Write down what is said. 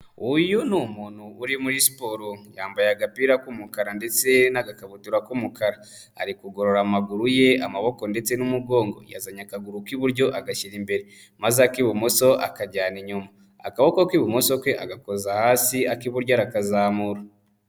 Uyu ni umuntu uri muri siporo, yambaye agapira k'umukara ndetse n'agakabutura k'umukara, ari kugorora amaguru ye, amaboko ndetse n'umugongo, yazanye akaguru k'iburyo agashyira imbere, maze ak'ibumoso akajyana inyuma, akaboko k'ibumoso ke agakoza hasi, ak'iburyo arakazamura.